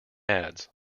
ads